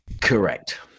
Correct